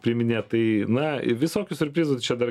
priiminėt tai na visokių siurprizų čia dar